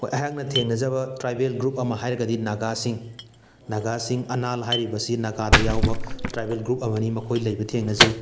ꯍꯣꯏ ꯑꯩꯍꯥꯛꯅ ꯊꯦꯡꯅꯖꯕ ꯇ꯭ꯔꯥꯏꯕꯦꯜ ꯒ꯭ꯔꯨꯞ ꯑꯃ ꯍꯥꯏꯔꯒꯗꯤ ꯅꯒꯥꯁꯤꯡ ꯅꯒꯥꯁꯤꯡ ꯑꯅꯥꯜ ꯍꯥꯏꯔꯤꯕꯁꯤ ꯅꯒꯥꯗ ꯌꯥꯎꯕ ꯇ꯭ꯔꯥꯏꯕꯦꯜ ꯒ꯭ꯔꯨꯞ ꯑꯃꯅꯤ ꯃꯈꯣꯏ ꯂꯩꯕ ꯊꯦꯡꯅꯖꯩ